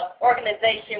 organization